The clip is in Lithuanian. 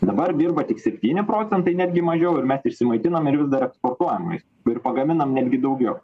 dabar dirba tik septyni procentai netgi mažiau ir mes išsimaitinam ir vis dar eksportuojam maist ir pagaminam netgi daugiau